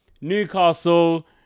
Newcastle